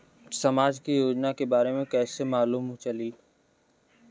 समाज के योजना के बारे में कैसे मालूम चली?